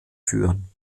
führen